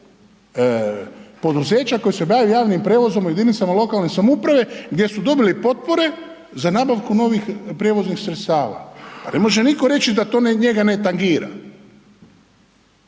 poduzeća koji se bave javnim prijevozom u jedinicama lokalne samouprave gdje su dobili potpore za nabavku novih prijevoznih sredstava. Pa ne može nitko reći da to njega ne tangira.